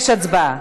יש הצבעה.